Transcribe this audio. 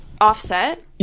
Offset